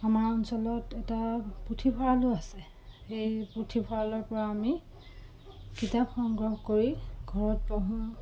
আমাৰ অঞ্চলত এটা পুথিভঁৰালো আছে সেই পুথিভঁৰালৰ পৰা আমি কিতাপ সংগ্ৰহ কৰি ঘৰত পঢ়োঁ